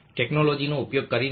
ટેકનોલોજીનો ઉપયોગ કરીને